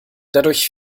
dadurch